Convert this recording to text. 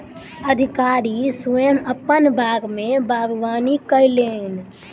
अधिकारी स्वयं अपन बाग में बागवानी कयलैन